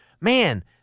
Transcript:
man